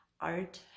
art